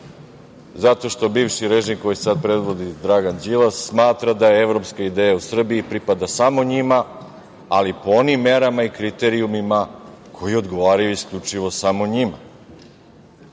zato što bivši režim koji sad predvodi Dragan Đilas smatra da evropska ideja o Srbiji pripada samo njima, ali po onim merama i kriterijumima koji odgovaraju isključivo samo njima. Isto